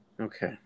Okay